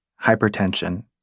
hypertension